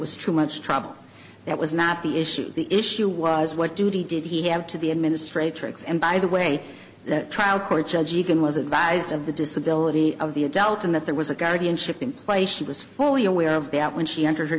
was too much trouble that was not the issue the issue was what duty did he have to the administrator acts and by the way that trial court judge even was advised of the disability of the adult and that there was a guardianship in place she was fully aware of the out when she entered her